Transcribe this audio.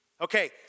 Okay